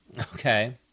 okay